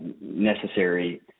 necessary